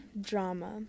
drama